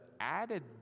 added